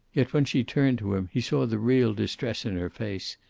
yet when she turned to him he saw the real distress in her face,